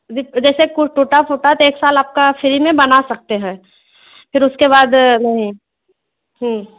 जैसे कुछ टूटा फूटा तो एक साल आपका फ्री में बना सकते हैं फिर उसके बाद नहीं